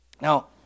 Now